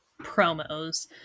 promos